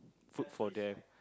food for them